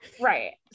Right